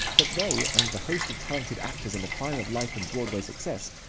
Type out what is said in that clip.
but they, and the host of talented actors in the prime of life and broadway success,